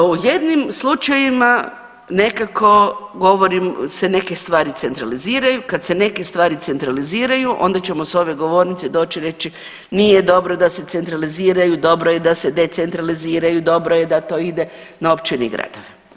O jednim slučajevima nekako govorim se neke stvari centraliziraju, kad se neke stvari centraliziraju onda ćemo s ove govornice doći i reći nije dobro da se centraliziraju, dobro je da se decentraliziraju, dobro je da to ide na općine i gradove.